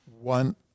one